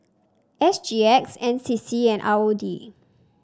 S G X N C C and R O D